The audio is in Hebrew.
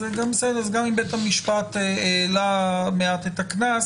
אז זה תקף גם אם בית המשפט העלה במעט את הקנס.